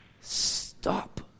Stop